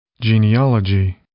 Genealogy